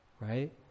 right